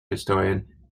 historian